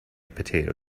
potato